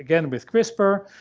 again, with crispr,